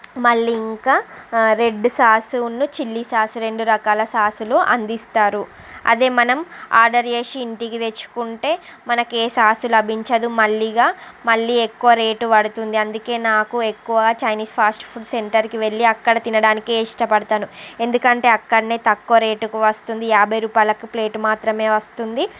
మళ్ళీ ఇంకా red sauce ఉన్ను చిల్లీ సాస్ రెండు రకాల సాస్లు అందిస్తారు అదే మనం ఆర్డర్ చేసి ఇంటికి తెచ్చుకుంటే మనకి ఏ సాసు లభించదు మల్లిగా మళ్ళీ ఎక్కువ రేటు పడుతుంది అందుకే నాకు ఎక్కువ చైనీస్ ఫాస్ట్ ఫుడ్ సెంటర్కి వెళ్ళి అక్కడ తినడానికే ఇష్టపడుతాను ఎందుకంటే అక్కడనే తక్కువ రేటుకు వస్తుంది యాభై రూపాయలకు ప్లేటు మాత్రమే వస్తుంది